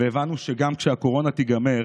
והבנו שגם כשהקורונה תיגמר